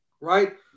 right